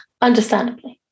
Understandably